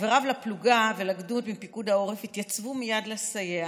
חבריו לפלוגה ולגדוד בפיקוד העורף התייצבו מייד לסייע,